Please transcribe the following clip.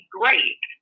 great